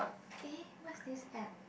eh what's this app